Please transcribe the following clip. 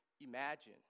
imagine